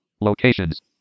Locations